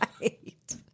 Right